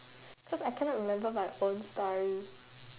cause I cannot remember my own story